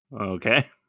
okay